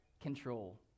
control